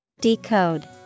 Decode